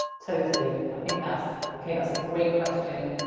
totally. i think that's okay, that's a great question.